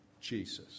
Jesus